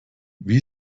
wie